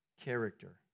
character